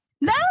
No